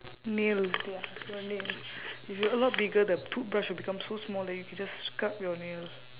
nail ya your nail if you're a lot bigger the toothbrush would become so small that you could just scrub your nail